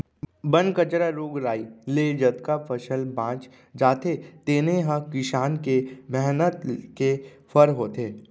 बन कचरा, रोग राई ले जतका फसल बाँच जाथे तेने ह किसान के मेहनत के फर होथे